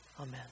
Amen